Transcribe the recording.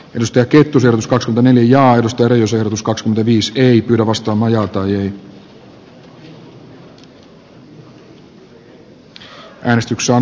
ylistää kettuselta kaneli ja aidosti ja jos ehdotus kakskymmentäviis kehity mietintöä vastaan